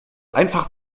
einfach